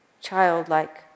childlike